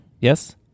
Yes